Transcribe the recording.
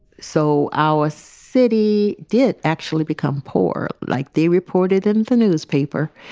so our city did actually become poor, like they reported in the newspaper.